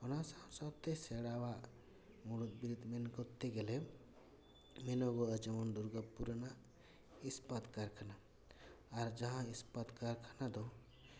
ᱚᱱᱟ ᱥᱟᱶ ᱥᱟᱶ ᱛᱮ ᱥᱮᱬᱟᱣᱟᱜ ᱢᱩᱲᱩᱫ ᱵᱤᱨᱤᱫ ᱢᱮᱱ ᱠᱚᱨᱛᱮ ᱜᱮᱞᱮ ᱢᱮᱱᱚᱜᱚᱜᱼᱟ ᱡᱮᱢᱚᱱ ᱫᱩᱨᱜᱟᱯᱩᱨ ᱨᱮᱱᱟᱜ ᱤᱥᱯᱟᱛ ᱠᱟᱨᱠᱷᱟᱱᱟ ᱟᱨ ᱡᱟᱦᱟᱸ ᱤᱥᱯᱟᱛ ᱠᱟᱨᱠᱷᱟᱱᱟ ᱫᱚ